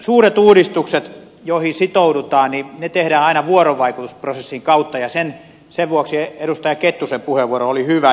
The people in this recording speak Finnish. suuret uudistukset joihin sitoudutaan tehdään aina vuorovaikutusprosessin kautta ja sen vuoksi edustaja kettusen puheenvuoro oli hyvä